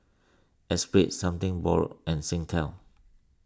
Espirit Something Borrowed and Singtel